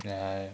ya